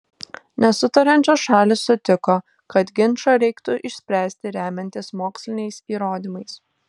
nesutariančios šalys sutiko kad ginčą reiktų išspręsti remiantis moksliniais įrodymais